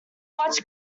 watch